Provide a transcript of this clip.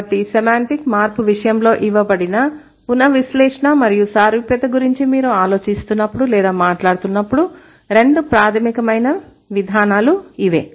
కాబట్టి సెమాంటిక్ మార్పు విషయంలో ఇవ్వబడిన పునవిశ్లేషణ మరియు సారూప్యత గురించి మీరు ఆలోచిస్తున్నప్పుడు లేదా మాట్లాడుతున్నప్పుడు రెండు ప్రాధమికమైన విధానాలు ఇవే